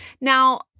Now